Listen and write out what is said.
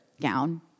gown